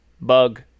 bug